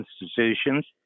institutions